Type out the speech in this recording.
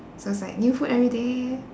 so it's like new food everyday